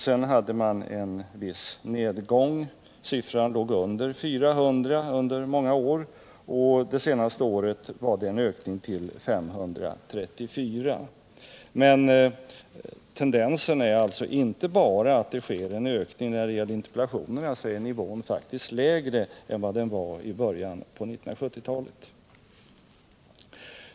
Sedan hade man en viss nedgång — siffran låg i många år under 400. Det senaste året skedde en ökning till 534. Men tendensen är alltså inte bara att det sker en ökning; när det gäller interpellationerna är nivån faktiskt lägre än vad den var i början på 1970-talet.